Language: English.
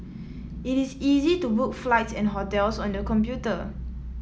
it is easy to book flights and hotels on the computer